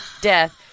death